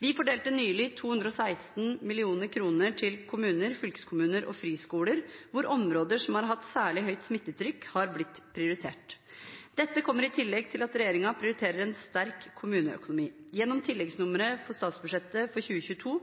Vi fordelte nylig 216 mill. kr til kommuner, fylkeskommuner og friskoler, hvor områder som har hatt særlig høyt smittetrykk, har blitt prioritert. Dette kommer i tillegg til at regjeringen prioriterer en sterk kommuneøkonomi. Gjennom tilleggsnummeret til statsbudsjettet for 2022